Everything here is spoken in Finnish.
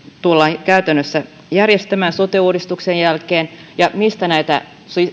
tullaan käytännössä järjestämään sote uudistuksen jälkeen ja mistä näitä